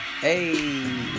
Hey